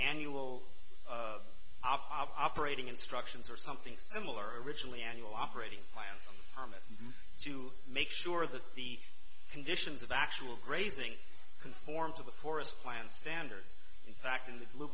annual operating instructions or something similar originally annual operating plans harmatz to make sure that the conditions of actual grazing conform to the forest plan standards in fact in the blue